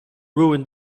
ruin